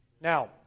Now